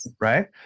right